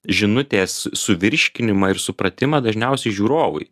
žinutės suvirškinimą ir supratimą dažniausiai žiūrovui